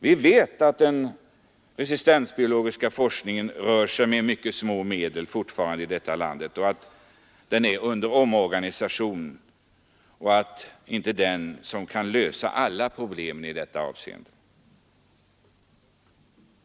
Vi vet att den resistensbiologiska forskningen i detta land fortfarande rör sig med mycket små medel och att den är under omorganisation. Denna forskning kan inte lösa alla problem i detta avseende.